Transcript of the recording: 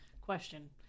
Question